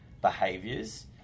behaviors